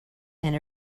and